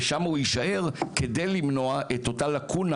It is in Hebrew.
ושם הוא יישאר כדי למנוע את אותה לקונה